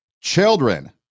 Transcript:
children